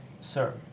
Sir